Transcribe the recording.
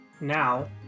now